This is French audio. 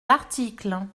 l’article